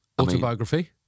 Autobiography